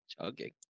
Chugging